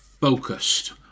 focused